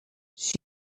she